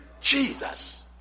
Jesus